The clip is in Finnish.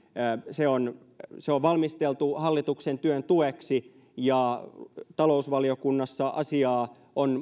se on se on valmisteltu hallituksen työn tueksi ja talousvaliokunnassa asiaa on